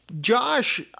Josh